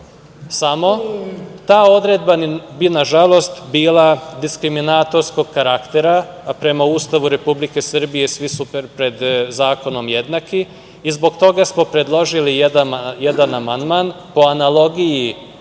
samo, ta odredba bi nažalost bila diskriminatorskog karaktera, a prema Ustavu Republike Srbije svi su pred zakonom jednaki. Zbog toga smo predložili jedan amandman, po analogiji